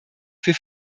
für